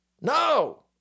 No